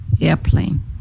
airplane